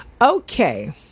okay